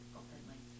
openly